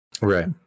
Right